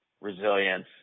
resilience